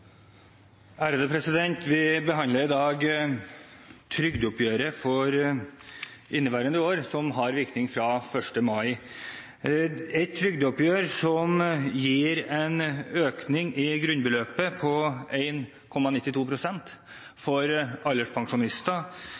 er omme. Vi behandler i dag trygdeoppgjøret for inneværende år, som har virkning fra 1. mai, et trygdeoppgjør som gir en økning i grunnbeløpet på 1,92 pst., for alderspensjonister